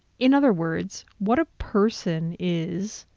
in other words, what a person is,